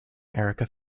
erica